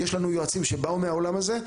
יש לנו יועצים שבאו מהעולם הזה,